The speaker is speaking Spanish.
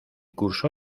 cursó